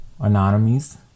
Anonymies